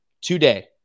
today